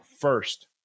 first